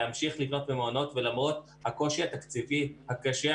לדבר ולשמוע מנציגי המשרדים הממשלתיים,